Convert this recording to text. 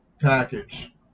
package